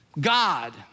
God